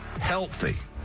healthy